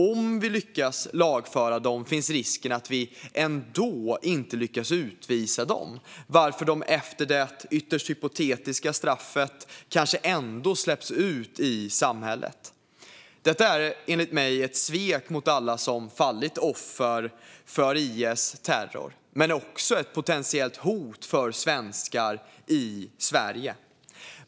Om vi lyckas lagföra dem finns risken att vi ändå inte lyckas utvisa dem, varför de efter det ytterst hypotetiska straffet kanske ändå släpps ut i samhället. Detta är enligt mig ett svek mot alla som fallit offer för IS terror men också ett potentiellt hot mot svenskar i Sverige.